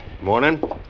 Morning